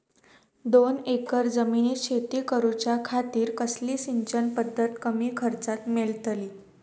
दोन एकर जमिनीत शेती करूच्या खातीर कसली सिंचन पध्दत कमी खर्चात मेलतली?